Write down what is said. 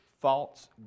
false